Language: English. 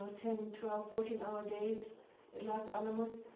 ten, twelve, fourteen hour days at los alamos.